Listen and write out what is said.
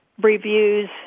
reviews